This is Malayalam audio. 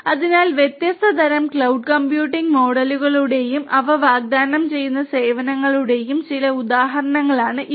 അതിനാൽ വ്യത്യസ്ത തരം ക്ലൌഡ് കമ്പ്യൂട്ടിംഗ് മോഡലുകളുടെയും അവ വാഗ്ദാനം ചെയ്യുന്ന സേവനങ്ങളുടെയും ചില ഉദാഹരണങ്ങളാണ് ഇവ